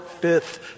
fifth